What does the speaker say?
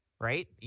right